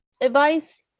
advice